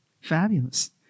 fabulous